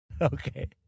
Okay